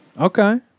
Okay